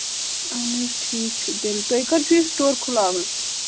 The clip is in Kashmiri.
اَہن حظ ٹھیٖک چھُ تیٚلہِ تۄہہِ کر چھُ یہِ سٕٹور کھُلاوُن